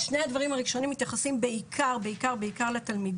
שני הדברים הראשונים מתייחסים בעיקר לתלמידים.